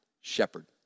shepherd